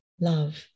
love